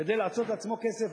כדי לעשות לעצמו כסף,